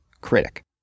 critic